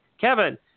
Kevin